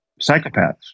psychopaths